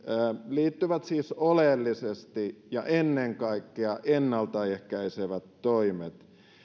liittyvät siis oleellisesti ja ennen kaikkea ennaltaehkäisevät toimet